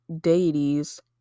deities